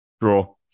Draw